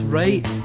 right